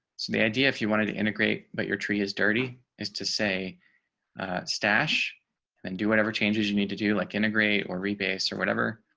the idea if you wanted to integrate but your tree is dirty is to say stash and do whatever changes you need to do like integrate or rebates or whatever.